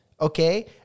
okay